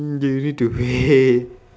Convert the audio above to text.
mm you need to wait